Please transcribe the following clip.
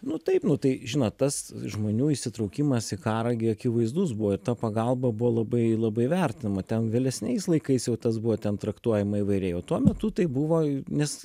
nu taip nu tai žinot tas žmonių įsitraukimas į karą gi akivaizdus buvo ir ta pagalba buvo labai labai vertinama ten vėlesniais laikais jau tas buvo ten traktuojama įvairiai o tuo metu tai buvo nes